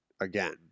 again